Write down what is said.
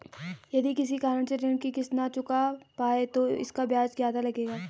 यदि किसी कारण से ऋण की किश्त न चुका पाये तो इसका ब्याज ज़्यादा लगेगा?